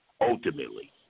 ultimately